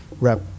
rep